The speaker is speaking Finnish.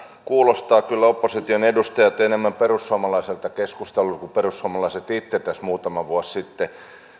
kuulostavat kyllä opposition edustajat enemmän perussuomalaisilta kuin perussuomalaiset itse tässä muutama vuosi sitten